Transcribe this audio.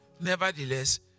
nevertheless